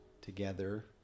together